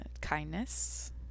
kindness